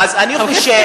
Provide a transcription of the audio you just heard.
איך יכול להיות?